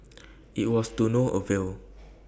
IT was to no avail